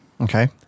Okay